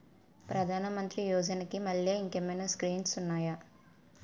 ప్రధాన మంత్రి యోజన కి మల్లె ఇంకేమైనా స్కీమ్స్ ఉన్నాయా?